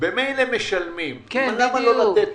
ממילא משלמים, למה לא לתת?